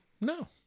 no